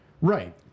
Right